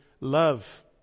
love